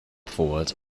forward